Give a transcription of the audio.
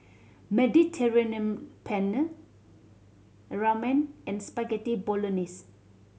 Mediterranean Penne Ramen and Spaghetti Bolognese